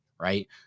right